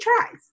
tries